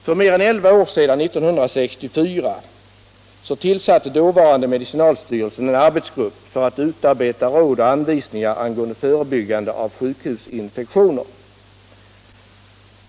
För mer än elva år sedan, 1964, tillsatte dåvarande medicinalstyrelsen en arbetsgrupp för att utarbeta råd och anvisningar angående förebyggande av sjukhusinfektioner.